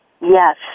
Yes